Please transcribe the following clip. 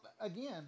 again